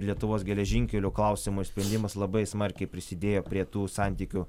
ir lietuvos geležinkelių klausimo išsprendimas labai smarkiai prisidėjo prie tų santykių